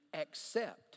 accept